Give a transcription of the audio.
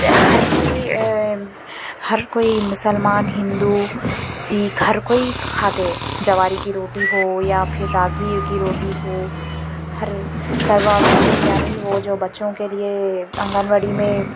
ہر کوئی ہر کوئی مسلمان ہندو سیکھ ہر کوئی کھاتے جواری کی روٹی ہو یا پھر راگی کی روٹی ہو ہر سروا پنڈی یعنی وہ جو بچوں کے لیے آنگن واڑی میں